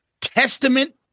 Testament